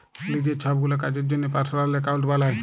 লিজের ছবগুলা কাজের জ্যনহে পার্সলাল একাউল্ট বালায়